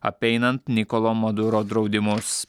apeinant nikolo maduro draudimus